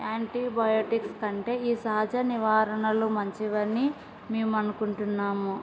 antibiotics కంటే ఈ సహజ నివారణలు మంచివి అని మేము అనుకుంటున్నాము